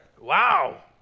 Wow